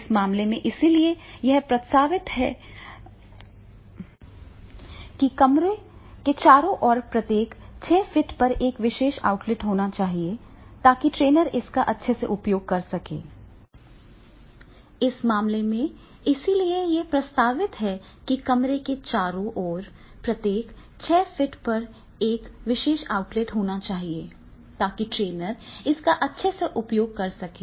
इस मामले में इसलिए यह प्रस्तावित है कि कमरे के चारों ओर प्रत्येक 6 फीट पर एक विशेष आउटलेट होना चाहिए ताकि ट्रेनर इसका अच्छा उपयोग कर सकें